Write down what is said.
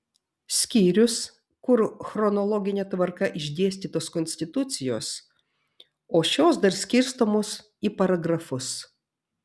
skyrius kur chronologine tvarka išdėstytos konstitucijos o šios dar skirstomos į paragrafus